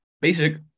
Basic